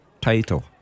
title